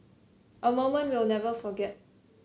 a moment we'll never forget